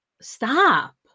stop